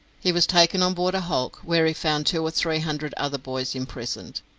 he was taken on board a hulk, where he found two or three hundred other boys imprisoned.